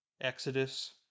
Exodus